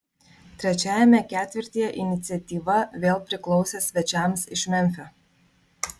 trečiajame ketvirtyje iniciatyva vėl priklausė svečiams iš memfio